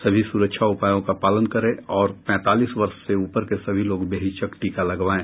सभी सुरक्षा उपायों का पालन करें और पैंतालीस वर्ष से ऊपर के सभी लोग बेहिचक टीका लगवाएं